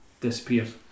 disappeared